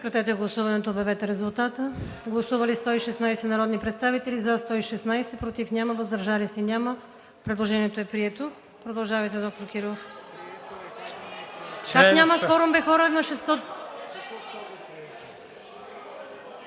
Продължавайте, доктор Кирилов.